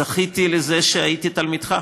זכיתי לזה שהייתי תלמידך.